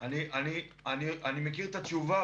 אני מכיר את התשובה,